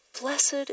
blessed